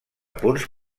punts